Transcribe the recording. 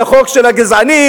זה חוק של גזענים,